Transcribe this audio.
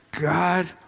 God